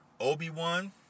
Obi-Wan